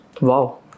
Wow